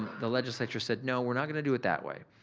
the legislature said no, we're not gonna do it that way.